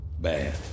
bad